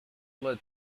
led